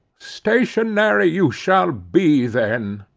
stationary you shall be then,